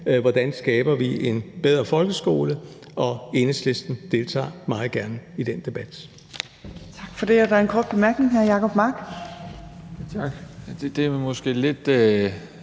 hvordan vi skaber en bedre folkeskole. Og Enhedslisten deltager meget gerne i den debat.